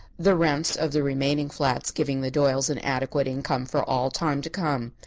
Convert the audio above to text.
the rents of the remaining flats giving the doyles an adequate income for all time to come.